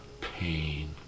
pain